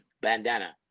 bandana